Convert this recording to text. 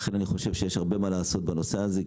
לכן אני חושב שיש הרבה מה לעשות בנושא הזה.